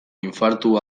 infartu